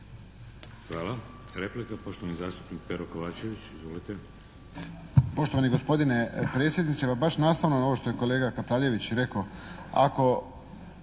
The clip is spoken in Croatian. Hvala. Replika, poštovani zastupnik Pero Kovačević, izvolite.